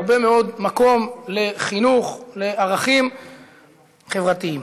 הרבה מאוד מקום לחינוך לערכים חברתיים.